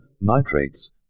nitrates